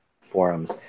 forums